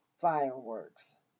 fireworks